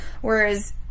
whereas